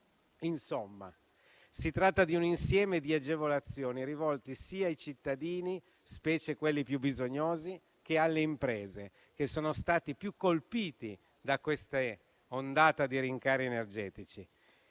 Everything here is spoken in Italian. Insomma, si tratta di un insieme di agevolazioni rivolte sia ai cittadini, specie quelli più bisognosi, che alle imprese che sono stati più colpiti da questa ondata di rincari energetici.